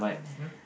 mmhmm